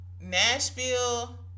Nashville